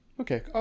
Okay